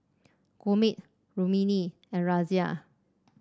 Gurmeet Rukmini and Razia